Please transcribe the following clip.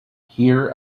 here